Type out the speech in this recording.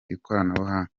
ikoranabuhanga